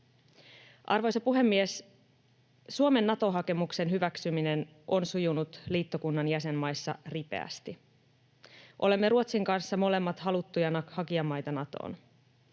Arvoisa puhemies! Suomen Nato-hakemuksen hyväksyminen on sujunut liittokunnan jäsenmaissa ripeästi. Olemme Ruotsin kanssa molemmat haluttuja hakijamaita Natoon.